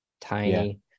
tiny